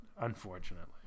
unfortunately